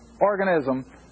organism